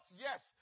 Yes